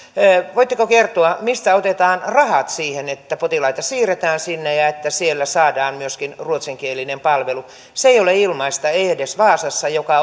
voitteko kertoa mistä otetaan rahat siihen että potilaita siirretään sinne ja että siellä saadaan myöskin ruotsinkielinen palvelu se ei ole ilmaista ei edes vaasassa joka